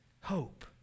hope